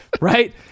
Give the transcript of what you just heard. right